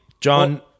John